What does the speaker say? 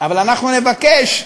אבל אנחנו נבקש,